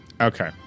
Okay